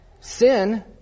sin